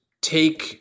take